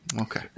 okay